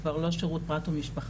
כבר לא שירות פרט ומשפחה,